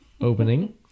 opening